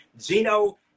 Gino